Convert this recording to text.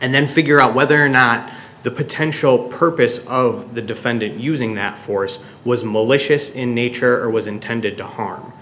and then figure out whether or not the potential purpose of the defendant using that force was malicious in nature or was intended to harm